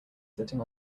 sitting